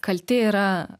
kalti yra